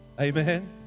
Amen